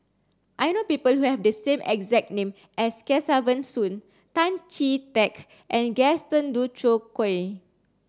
I know people who have the same exact name as Kesavan Soon Tan Chee Teck and Gaston Dutronquoy